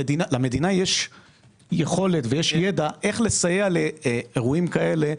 למדינה יש יכולת ויש ידע איך לסייע לאירועים כאלה,